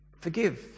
forgive